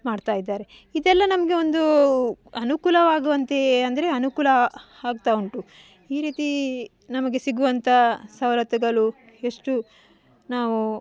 ಮಾಡ್ತಾ ಇದ್ದಾರೆ ಇದೆಲ್ಲ ನಮಗೆ ಒಂದು ಅನುಕೂಲವಾಗುವಂತೆ ಅಂದರೆ ಅನುಕೂಲ ಆಗ್ತಾ ಉಂಟು ಈ ರೀತಿ ನಮಗೆ ಸಿಗುವಂಥ ಸವಲತ್ತುಗಳು ಎಷ್ಟು ನಾವು